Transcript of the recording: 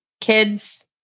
kids